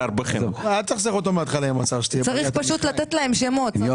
צריך פשוט לתת להם שמות,